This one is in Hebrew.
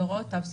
בהוראות תו סגול.